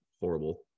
horrible